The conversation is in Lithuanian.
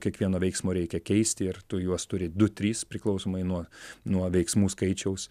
kiekvieno veiksmo reikia keisti ir tu juos turi du tris priklausomai nuo nuo veiksmų skaičiaus